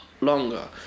longer